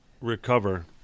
recover